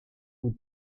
vous